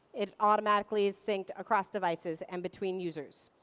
it automatically is synced across devices and between users.